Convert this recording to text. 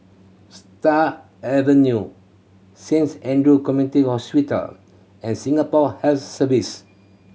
Stars Avenue Saint Andrew's Community Hospital and Singapore Health Service